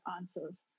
answers